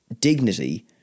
dignity